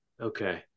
Okay